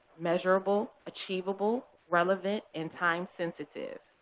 measureable, achievable, relevant, and time sensitive.